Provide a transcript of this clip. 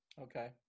Okay